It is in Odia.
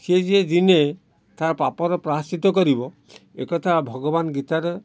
ସେ ଯେ ଦିନେ ତା ପାପର ପ୍ରାୟଶ୍ଚିତ କରିବ ଏ କଥା ଭଗବାନ ଗୀତାରେ